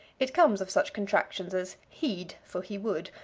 it comes of such contractions as he'd for he would,